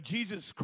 Jesus